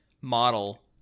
model